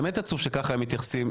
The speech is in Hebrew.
באמת עצוב שכך הם מתייחסים.